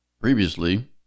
Previously